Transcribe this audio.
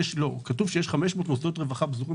יש מוסד,